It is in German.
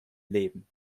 leben